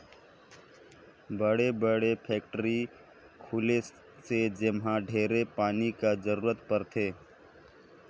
बड़े बड़े फेकटरी खुली से जेम्हा ढेरे पानी के जरूरत परथे